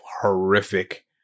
horrific